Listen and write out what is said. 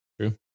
True